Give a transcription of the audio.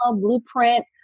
blueprint